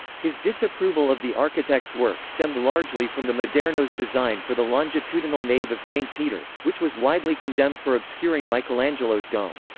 his disapproval of the architect's work stemmed largely from the maderno's design for the longitudinal nave of st. peters, which was widely condemned for obscuring michelangelo's dome.